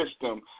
system